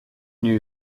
new